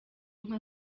nka